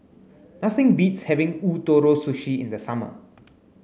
nothing beats having Ootoro Sushi in the summer